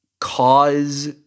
cause